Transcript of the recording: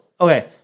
okay